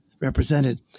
represented